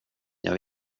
jag